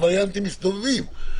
אבל הווריאנטים מסתובבים.